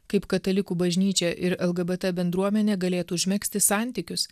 kaip katalikų bažnyčia ir lgbt bendruomenė galėtų užmegzti santykius